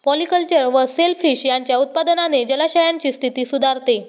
polyculture व shellfish यांच्या उत्पादनाने जलाशयांची स्थिती सुधारते